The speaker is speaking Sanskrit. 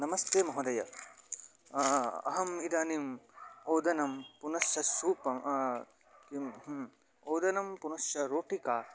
नमस्ते महोदय अहम् इदानीम् ओदनं पुनश्च सूपः किम् ओदनं पुनश्च रोटिका